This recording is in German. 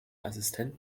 assistent